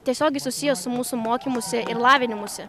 tiesiogiai susijęs su mūsų mokymusi ir lavinimusi